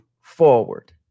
forward